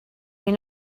you